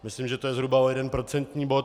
Myslím, že je to zhruba o jeden procentní bod.